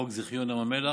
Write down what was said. חוק זיכיון ים המלח,